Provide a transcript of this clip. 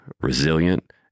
resilient